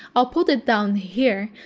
i'll put it down here.